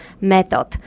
method